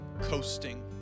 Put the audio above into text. coasting